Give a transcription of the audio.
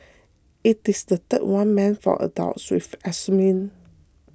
it is the third one meant for adults with autism